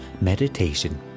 meditation